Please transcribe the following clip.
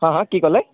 হাঁ হাঁ কি কলে